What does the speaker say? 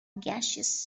gaseous